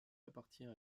appartient